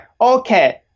okay